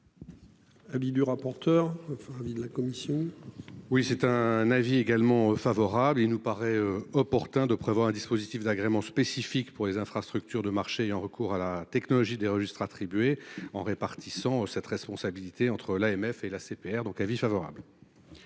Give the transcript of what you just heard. Avis du rapporteur enfin avis de la commission. Oui c'est un avis également favorable. Il nous paraît opportun de prévoir un dispositif d'agrément spécifique pour les infrastructures de marché un recours à la technologie des registres attribué en répartissant cette responsabilité entre l'AMF et l'ACPR donc avis favorable.--